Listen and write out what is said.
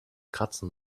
kratzen